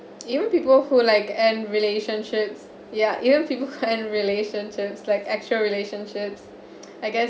even people who like end relationships yeah even people end relationships like actual relationships I guess